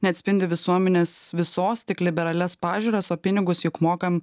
neatspindi visuomenės visos tik liberalias pažiūras o pinigus juk mokam